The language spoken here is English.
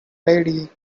lady